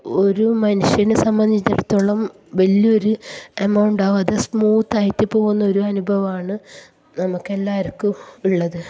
ഒരു മനുഷ്യനെ സംബന്ധിച്ചിടത്തോളം വലിയ ഒരു എമൗണ്ട് ആവാതെ സ്മൂത്ത് ആയിട്ട് പോകുന്ന ഒരു അനുഭവം ആണ് നമുക്ക് എല്ലാവർക്കും ഉള്ളത്